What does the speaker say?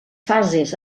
fases